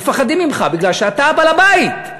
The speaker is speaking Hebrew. מפחדים ממך, בגלל שאתה הבעל-בית.